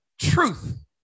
Truth